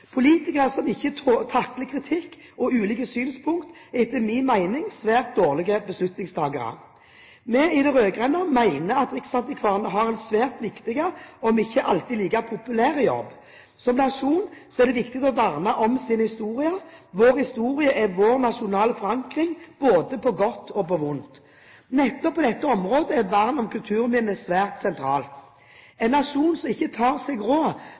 Politikere som ikke takler kritikk og ulike synspunkt, er etter min mening svært dårlige beslutningstakere. Vi i de rød-grønne mener at riksantikvaren har en svært viktig, om ikke alltid like populær jobb. Som nasjon er det viktig å verne om sin historie. Vår historie er vår nasjonale forankring både på godt og vondt. Nettopp på dette området er vern om kulturminner svært sentralt. En nasjon som ikke tar seg råd